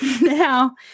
now